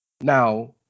Now